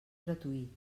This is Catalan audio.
gratuït